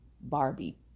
Barbie